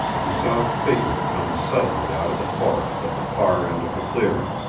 who saw a figure come suddenly out of the forest at the far end of the clearing.